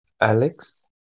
Alex